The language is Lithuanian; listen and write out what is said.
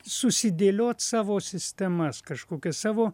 susidėliot savo sistemas kažkokias savo